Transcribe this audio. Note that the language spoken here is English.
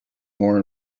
more